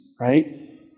right